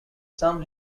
some